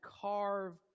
carve